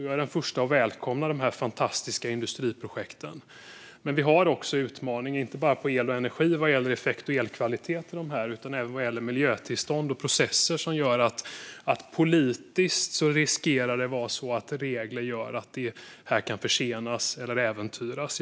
Jag är den första att välkomna dessa fantastiska industriprojekt, men vi har också utmaningar, inte bara inom el och energi vad gäller effekt och elkvalitet utan även vad gäller miljötillstånd och processer. Det gör att det politiskt riskerar att bli så att regler gör att de kan försenas eller äventyras.